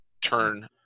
turn